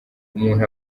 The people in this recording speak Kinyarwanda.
umuntu